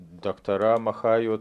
daktaram achajų